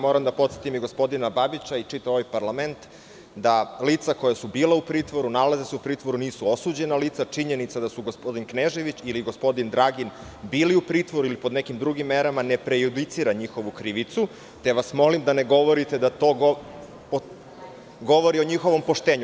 Moram da podsetim i gospodina Babića i čitav ovaj parlament da lica koja su bila u pritvoru, nalaze se u pritvoru, nisu osuđena lica, a činjenica je da su gospodin Knežević ili gospodin Dragin bili u pritvoru ili pod nekim drugim merama, ne prejudicira njihovu krivicu, te vas molim da ne govorite da to govori o njihovom poštenju.